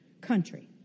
country